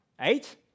Eight